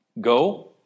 Go